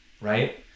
right